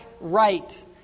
right